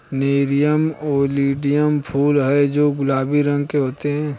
nerium oleander फूल हैं जो गुलाबी रंग के होते हैं